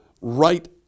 right